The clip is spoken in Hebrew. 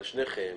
אבל שניכם